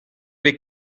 bet